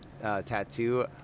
tattoo